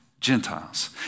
Gentiles